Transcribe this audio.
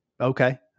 Okay